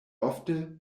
ofte